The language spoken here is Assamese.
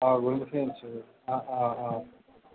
অঁ আনছো অঁ অঁ